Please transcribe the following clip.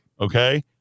okay